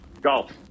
golf